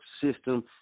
System